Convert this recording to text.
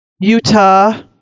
Utah